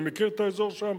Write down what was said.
אני מכיר את האזור שם,